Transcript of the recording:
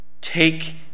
Take